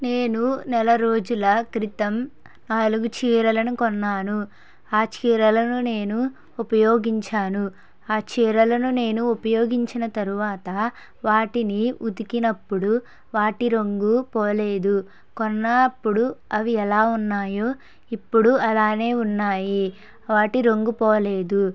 నేను నెలరోజుల క్రితం నాలుగు చీరలను కొన్నాను ఆ చీరలను నేను ఉపయోగించాను ఆ చీరలను నేను ఉపయోగించిన తరువాత వాటిని ఉతికినప్పుడు వాటి రంగు పోలేదు కొన్నప్పుడు అవి ఎలా ఉన్నాయో ఇప్పుడు అలానే ఉన్నాయి వాటి రంగు పోలేదు